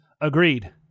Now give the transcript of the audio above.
Agreed